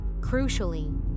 Crucially